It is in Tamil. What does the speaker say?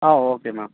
ah okay ma'am